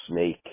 snake